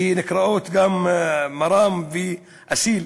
מראם ועתיל.